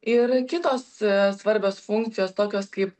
ir kitos svarbios funkcijos tokios kaip